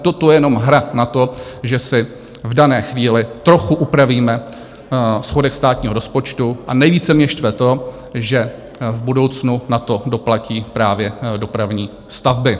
Toto je jenom hra na to, že si v dané chvíli trochu upravíme schodek státního rozpočtu, a nejvíce mě štve to, že v budoucnu na to doplatí právě dopravní stavby.